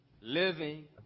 living